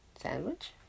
sandwich